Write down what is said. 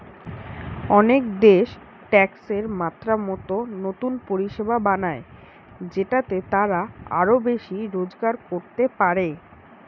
অনেক দেশ ট্যাক্সের মাত্রা মতো নতুন পরিষেবা বানায় যেটাতে তারা আরো বেশি রোজগার করতে পারে